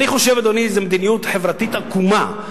אני חושב, אדוני, שזאת מדיניות חברתית עקומה,